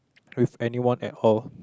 with anyone at all